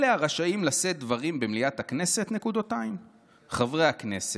"אלה הרשאים לשאת דברים במליאת הכנסת: חברי הכנסת,